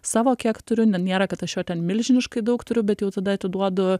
savo kiek turiu na nėra kad aš jo ten milžiniškai daug turiu bet jau tada atiduodu